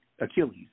Achilles